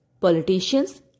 politicians